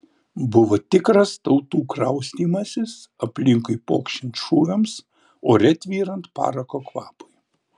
buvo tikras tautų kraustymasis aplinkui pokšint šūviams ore tvyrant parako kvapui